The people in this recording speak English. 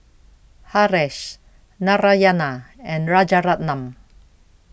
Haresh Narayana and Rajaratnam